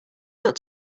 got